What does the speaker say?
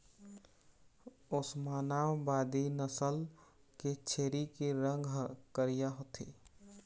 ओस्मानाबादी नसल के छेरी के रंग ह करिया होथे